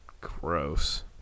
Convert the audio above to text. Gross